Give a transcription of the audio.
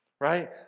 Right